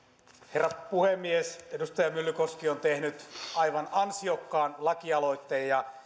herra puhemies edustaja myllykoski on tehnyt aivan ansiokkaan lakialoitteen ja